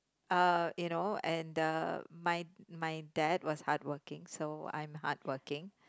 uh you know and uh my my dad was hardworking so I'm hardworking